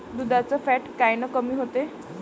दुधाचं फॅट कायनं कमी होते?